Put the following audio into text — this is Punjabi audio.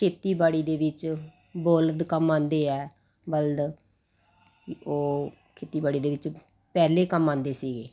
ਖੇਤੀਬਾੜੀ ਦੇ ਵਿੱਚ ਬੋਲਦ ਕੰਮ ਆਉਂਦੇ ਆ ਬਲਦ ਉਹ ਖੇਤੀਬਾੜੀ ਦੇ ਵਿੱਚ ਪਹਿਲੇ ਕੰਮ ਆਉਂਦੇ ਸੀਗੇ